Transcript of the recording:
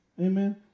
amen